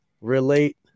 relate